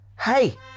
Hey